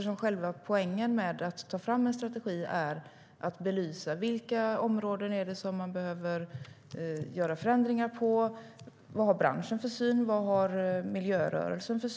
Själva poängen med att ta fram en strategi är att belysa vilka områden man behöver förändra och vilken syn branschen och miljörörelsen har.